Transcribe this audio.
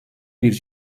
bir